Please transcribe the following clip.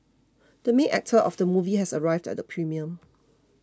the main actor of the movie has arrived at the premiere